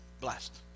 blessed